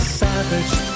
savage